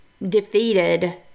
defeated